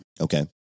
Okay